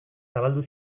zabaldu